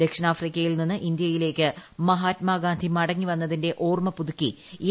ദക്ഷിണാഫ്രിക്കയിൽ നീസ്സ് ഇന്ത്യയിലേക്ക് മഹാത്മാഗാന്ധി മടങ്ങി വന്നതിന്റെ ഓർമ പുതുക്കി എ